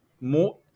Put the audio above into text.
more